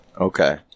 Okay